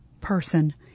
person